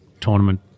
tournament